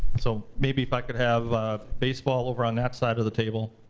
so maybe if i could have baseball over on that side of the table.